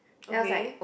okay